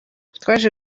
twaje